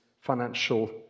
financial